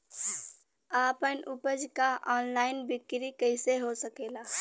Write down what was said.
आपन उपज क ऑनलाइन बिक्री कइसे हो सकेला?